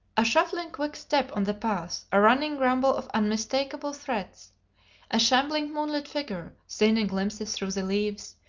a shuffling quick step on the path a running grumble of unmistakable threats a shambling moonlit figure seen in glimpses through the leaves,